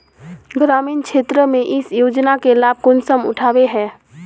ग्रामीण क्षेत्र में इस योजना के लाभ कुंसम उठावे है?